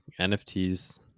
NFTs